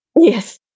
Yes